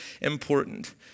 important